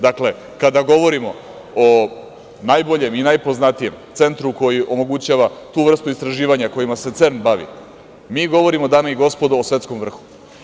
Dakle, kada govorimo o najboljem i najpoznatijem centru koji omogućava tu vrstu istraživanja kojima se CERN bavi, mi govorimo, dame i gospodo, o svetskom vrhu.